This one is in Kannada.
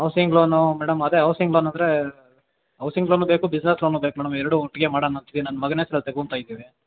ಹೌಸಿಂಗ್ ಲೋನು ಮೇಡಮ್ ಅದೇ ಹೌಸಿಂಗ್ ಲೋನ್ ಅಂದರೆ ಹೌಸಿಂಗ್ ಲೋನು ಬೇಕು ಬಿಸ್ನೆಸ್ ಲೋನು ಬೇಕು ಮೇಡಮ್ ಎರಡೂ ಒಟ್ಟಿಗೆ ಮಾಡಣ ಅಂತಿದೀನಿ ನನ್ನ ಮಗನ ಹೆಸ್ರಲ್ಲಿ ತಗೊಂತಾಯಿದ್ದೀವಿ